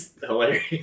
hilarious